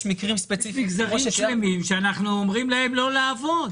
יש מקרים ספציפיים --- יש מגזרים שלמים שאנחנו אומרים להם לא לעבוד.